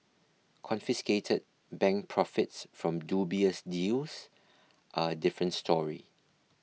confiscated bank profits from dubious deals are a different story